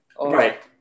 Right